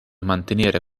mantenere